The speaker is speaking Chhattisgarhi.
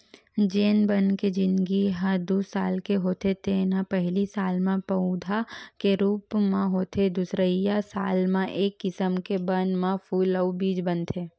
जेन बन के जिनगी ह दू साल के होथे तेन ह पहिली साल म पउधा के रूप म होथे दुसरइया साल म ए किसम के बन म फूल अउ बीज बनथे